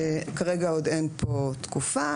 כרגע עוד אין כאן תקופה.